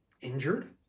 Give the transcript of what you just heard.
injured